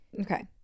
Okay